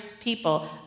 people